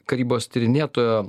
karybos tyrinėtojo